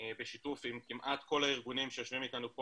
בשיתוף עם כמעט כל הארגונים שיושבים איתנו פה